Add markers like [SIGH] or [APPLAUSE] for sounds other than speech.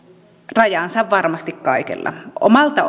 rajansa varmasti kaikella omalta [UNINTELLIGIBLE]